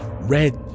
red